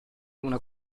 una